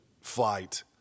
flight